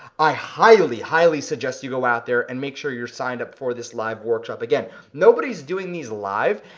i highly highly suggest you go out there and make sure you're signed up for this live workshop. again nobody's doing these live,